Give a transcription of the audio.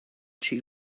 she